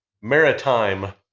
maritime